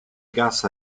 gas